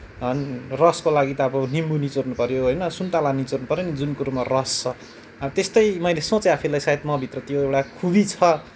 अनि रसको लागि त अब निबु निचोर्नु पऱ्यो सुन्तला निचोर्नु पऱ्यो नि जुन कुरोमा रस छ त्यस्तै मैले सोचेँ आफूलाई शायद म भित्र एउटा त्यो खुबी छ